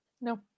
No